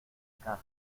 caja